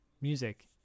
music